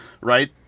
right